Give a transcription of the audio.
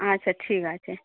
আচ্ছা ঠিক আছে